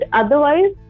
otherwise